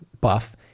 buff